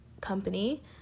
company